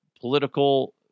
political